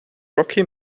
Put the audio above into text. rocky